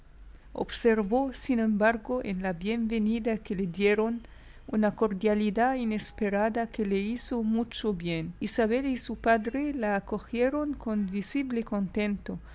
sin embargo en la bienvenida que le dieron una cordialidad inesperada que le hizo mucho bien isabel y su padre la acogieron con visible contento